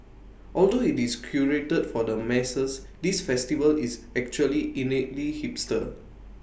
although IT is curated for the masses this festival is actually innately hipster